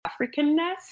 Africanness